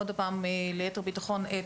עוד פעם ליתר ביטחון,